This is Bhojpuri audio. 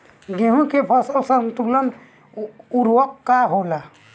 गेहूं के फसल संतुलित उर्वरक का होला?